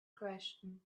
question